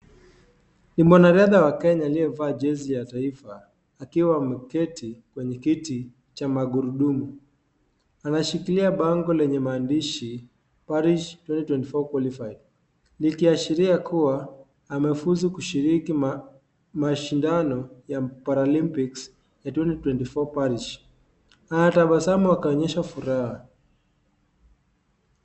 Ni mwanariadha wa Kenya aliyevaa jezi ya taifa, akiwa ameketi kwenye kiti cha magurudumu. Anashikilia bango lenye mandishi,"Parish 2024 Qualified ."Likiashiria kuwa, amefusu kushiriki mashindano ya Para-limpics 2024 Parish. Anatabasamu akaonyesha furaha.